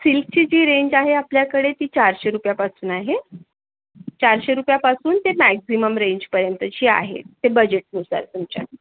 सिल्कची जी रेंज आहे आपल्याकडे ती चारशे रुपयापासून आहे चारशे रुपयापासून ते मॅक्झिमम रेंजपर्यंतची आहे ते बजेटनुसार तुमच्या